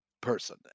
person